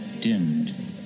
dimmed